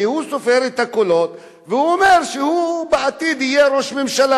כי הוא סופר את הקולות והוא אומר שבעתיד הוא יהיה ראש ממשלה,